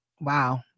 Wow